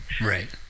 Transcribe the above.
Right